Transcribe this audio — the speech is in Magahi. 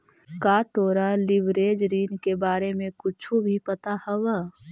का तोरा लिवरेज ऋण के बारे में कुछो भी पता हवऽ?